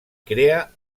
crea